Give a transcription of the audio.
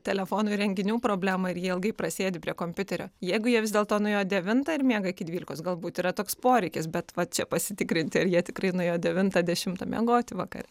telefonų įrenginių problemą ir jie ilgai prasėdi prie kompiuterio jeigu jie vis dėlto nuėjo devintą ir miega iki dvylikos galbūt yra toks poreikis bet vat čia pasitikrinti ar jie tikrai nuėjo devintą dešimtą miegoti vakare